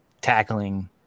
tackling